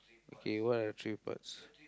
okay what are the three parts